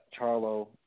Charlo